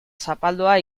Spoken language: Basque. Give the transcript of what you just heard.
zapaldua